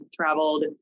traveled